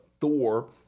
Thor